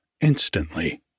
Instantly